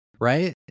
right